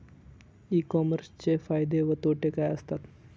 E कॉमर्सचे फायदे व तोटे काय असतात?